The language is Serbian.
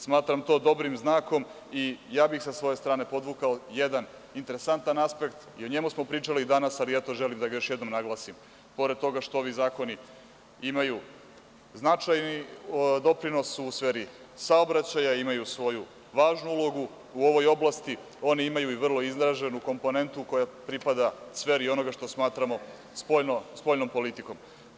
Smatram to dobrim znakom i ja bih sa svoje strane podvukao jedan interesantan aspekt i o njemu smo pričali danas, ali eto želim da ga još jednom naglasim, pored toga što ovi zakoni imaju značajne doprinose u sferi saobraćaja i imaju svoju važnu ulogu u ovoj oblasti, oni imaju vrlo izraženu komponentu koja pripada sferi onoga što smatramo spoljnom politikom.